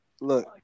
Look